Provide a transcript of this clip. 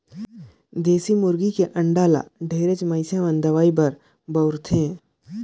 देसी मुरगी के अंडा ल ढेरेच मइनसे मन दवई बर बउरथे